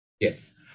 Yes